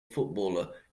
footballer